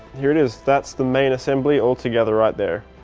here it is. that's the main assembly altogether right there.